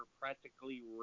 practically